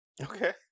okay